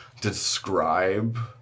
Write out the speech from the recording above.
describe